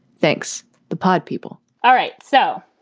thanks. the pod people. all right so,